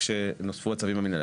כשנוספו הצווים המנהליים,